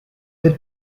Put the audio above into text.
del